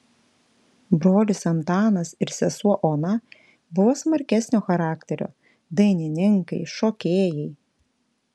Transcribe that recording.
brolis antanas ir sesuo ona buvo smarkesnio charakterio dainininkai šokėjai